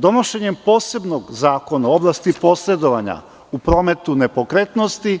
Donošenjem posebnom zakona u oblasti posredovanja u prometu nepokretnosti,